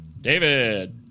David